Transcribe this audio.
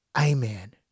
amen